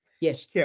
Yes